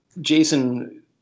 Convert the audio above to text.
jason